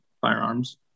firearms